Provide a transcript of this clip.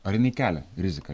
ar jinai kelia riziką